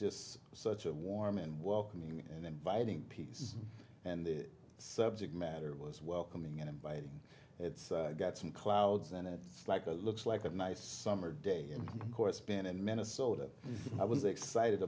just such a warm and welcoming and inviting peace and the subject matter was welcoming and inviting it's got some clouds and it's like a looks like a nice summer day and of course been in minnesota i was excited